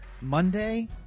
Monday